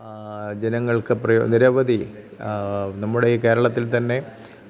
ജനങ്ങൾക്ക് നിരവധി നമ്മുടെ ഈ കേരളത്തിൽ തന്നെ